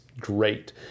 great